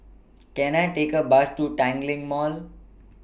Can I Take A Bus to Tanglin Mall